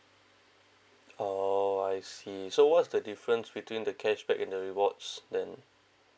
orh I see so what's the difference between the cashback and the rewards then